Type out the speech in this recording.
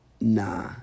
nah